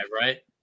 right